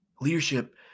leadership